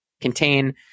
contain